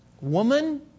Woman